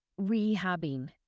rehabbing